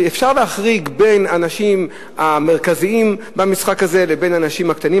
ואפשר להחריג מהאנשים המרכזיים במשחק הזה את האנשים הקטנים.